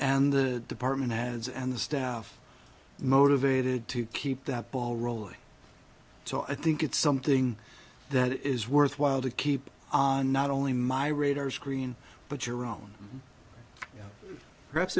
and the department has and the staff motivated to keep that ball rolling so i think it's something that is worthwhile to keep on not only my radar screen but your own perhaps